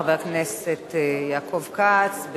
חבר הכנסת יעקב כץ,